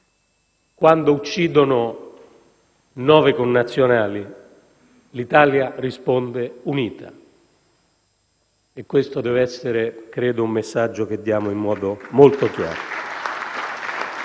Quando uccidono nove connazionali, l'Italia risponde unita. E questo deve essere, credo, un messaggio che diamo in modo molto chiaro.